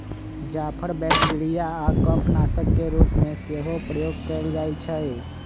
जाफर bacteria आऽ कफ नाशक के रूप में सेहो प्रयोग कएल जाइ छइ